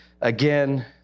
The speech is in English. again